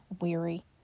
weary